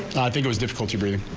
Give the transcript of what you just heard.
think it is difficult to breathe.